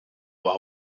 war